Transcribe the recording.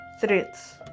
Threats